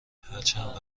هرچند